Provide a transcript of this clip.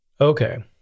Okay